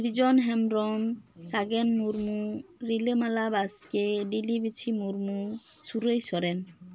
ᱥᱤᱨᱡᱚᱱ ᱦᱮᱢᱵᱨᱚᱢ ᱥᱟᱜᱮᱱ ᱢᱩᱨᱢᱩ ᱨᱤᱞᱟᱹ ᱢᱟᱞᱟ ᱵᱟᱥᱠᱮ ᱞᱤᱞᱤ ᱵᱤᱪᱷᱤ ᱢᱩᱨᱢᱩ ᱥᱩᱨᱟᱹᱭ ᱥᱚᱨᱮᱱ